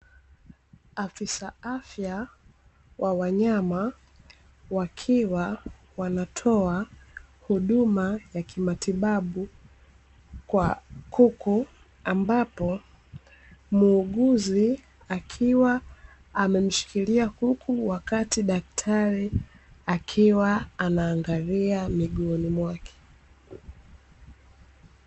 Afisa afya wa wanyama wakiwa wanatoa huduma ya kimatibabu kwa kuku, ambapo muuguzi akiwa amemshikilia kuku wakati daktari akiwa anamwangalia miguuni mwake.